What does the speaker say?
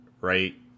right